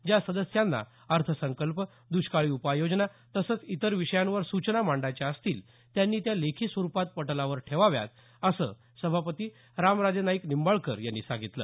ज्या सदस्यांना अर्थसंकल्प दुष्काळी उपाययोजना तसंच इतर विषयांवर सूचना मांडायच्या असतील त्यांनी त्या लेखी स्वरुपात पटलावर ठेवाव्यात असं सभापती रामराजे नाईक निंबाळकर यांनी सांगितलं